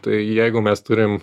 tai jeigu mes turim